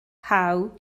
how